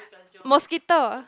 mosquito